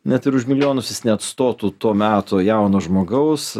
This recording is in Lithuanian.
net ir už milijonus jis neatstotų to meto jauno žmogaus